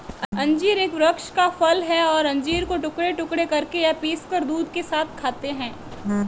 अंजीर एक वृक्ष का फल है और अंजीर को टुकड़े टुकड़े करके या पीसकर दूध के साथ खाते हैं